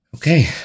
Okay